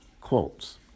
quotes